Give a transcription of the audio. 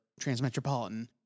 Transmetropolitan